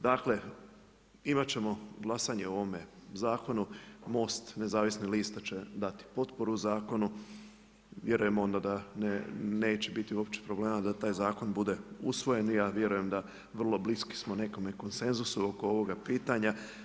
Dakle imat ćemo glasanje o ovome zakonu, Most nezavisnih lista će dati potporu zakonu, vjerujemo da onda neće biti uopće problema da taj zakon bude usvojen i ja vjerujem da vrlo bliski smo nekome konsenzusu oko ovoga pitanja.